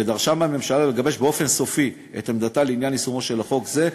ודרשה מהממשלה לגבש באופן סופי את עמדתה לעניין יישומו של חוק זה,